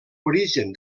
origen